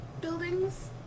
buildings